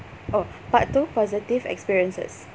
oh part two positive experiences